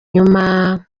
nyuma